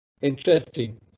Interesting